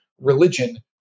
religion